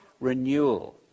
renewal